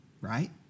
right